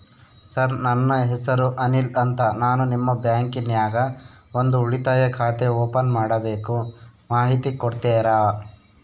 Sir ನನ್ನ ಹೆಸರು ಅನಿಲ್ ಅಂತ ನಾನು ನಿಮ್ಮ ಬ್ಯಾಂಕಿನ್ಯಾಗ ಒಂದು ಉಳಿತಾಯ ಖಾತೆ ಓಪನ್ ಮಾಡಬೇಕು ಮಾಹಿತಿ ಕೊಡ್ತೇರಾ?